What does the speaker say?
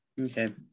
okay